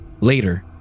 later